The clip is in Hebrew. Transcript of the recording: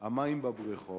המים בבריכות,